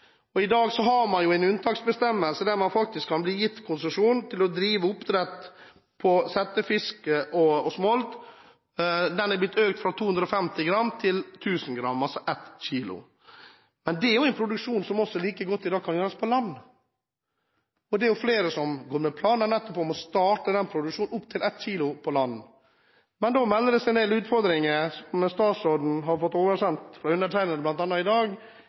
settefisk. I dag har man en unntaksbestemmelse der man faktisk kan bli gitt konsesjon til å drive oppdrett på settefisk og smolt. Den er blitt økt fra 250 gram til 1 000 gram, altså 1 kg. Men dette er også en produksjon som i dag like godt kan gjøres på land. Det er flere som går med planer nettopp om å starte produksjon av fisk opp til 1 kg på land. Men da melder det seg en del utfordringer, og statsråden har fått oversendt et skriftlig spørsmål fra undertegnede i dag.